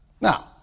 Now